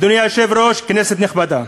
אדוני היושב-ראש, כנסת נכבדה,